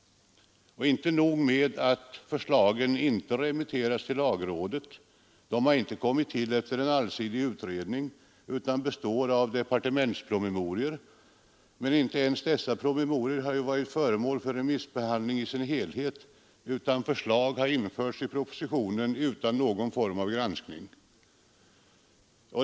Inte nog med att förslagen inte remitteras till lagrådet — de har inte tillkommit efter en allsidig utredning utan består av departementspromemorior. Men inte ens dessa promemorior har varit föremål för remissbehandling i sin helhet, utan förslag har införts i propositionen utan någon form av granskning.